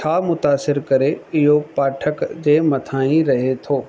छा मूतासिर करे इहो पाठक जंहिं मथा ई रहे थो